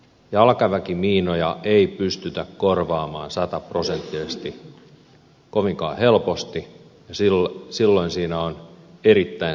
jalkaväkimiinoja ei pystytä korvaamaan sataprosenttisesti kovinkaan helposti ja silloin siinä on erittäin suuri hintalappu